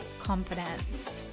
confidence